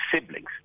siblings